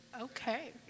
Okay